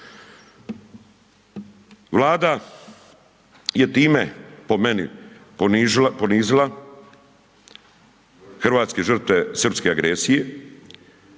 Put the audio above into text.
Vlada je time po meni, ponizila, hrvatske žrtve srpske agresije.